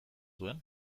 zuen